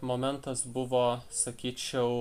momentas buvo sakyčiau